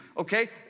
okay